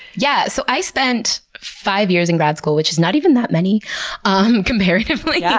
yeah. so i spent five years in grad school, which is not even that many um comparatively yeah